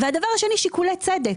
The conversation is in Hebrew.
והדבר השני, שיקולי צדק.